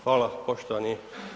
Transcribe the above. Hvala poštovani.